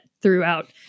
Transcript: throughout